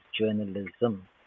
journalism